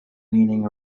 meaning